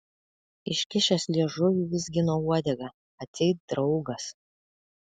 iškišęs liežuvį vizgino uodegą atseit draugas